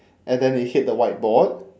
and then it hit the whiteboard